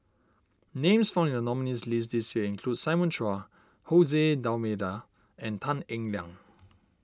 names found in the nominees' list this year include Simon Chua Jose D'Almeida and Tan Eng Liang